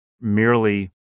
merely